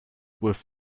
with